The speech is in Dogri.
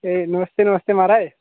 एह् नमस्ते नमस्ते महाराज